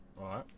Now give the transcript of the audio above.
Right